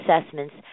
assessments